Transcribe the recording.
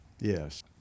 yes